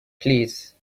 please